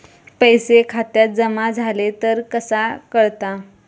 पैसे खात्यात जमा झाले तर कसा कळता?